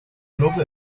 club